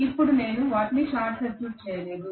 ఇప్పుడు నేను వాటిని షార్ట్ సర్క్యూట్ చేయలేదు